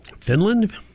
Finland